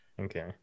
Okay